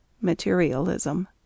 Materialism